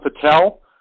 Patel